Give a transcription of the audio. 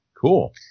Cool